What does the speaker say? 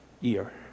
year